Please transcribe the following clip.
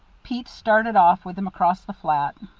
pete started off with him across the flat.